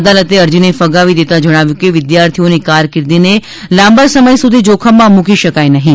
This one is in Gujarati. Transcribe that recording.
અદાલતે અરજીને ફગાવી દેતાં જણાવ્યું કે વિદ્યાર્થીઓની કારકિર્દીને લાંબા સમય સુધી જોખમમાં મુકી શકાય નહીં